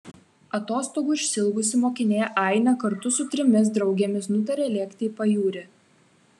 atostogų išsiilgusi mokinė ainė kartu su trimis draugėmis nutaria lėkti į pajūrį